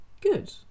Good